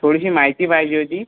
थोडीशी माहिती पाहिजे होती